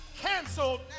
canceled